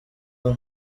umwe